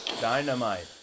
Dynamite